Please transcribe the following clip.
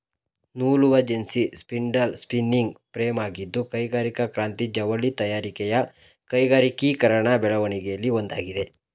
ನೂಲುವಜೆನ್ನಿ spindle spinning ಫ್ರೇಮಾಗಿದ್ದು ಕೈಗಾರಿಕಾ ಕ್ರಾಂತಿ ಜವಳಿ ತಯಾರಿಕೆಯ ಕೈಗಾರಿಕೀಕರಣ ಬೆಳವಣಿಗೆಲಿ ಒಂದಾಗಿದೆ